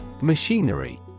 Machinery